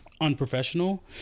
unprofessional